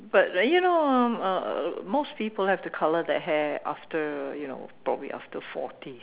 but then you know uh most people have to colour their hair after you know probably after forty